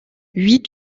huit